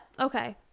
okay